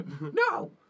No